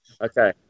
Okay